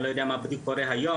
אני לא יודע מה בדיוק קורה היום,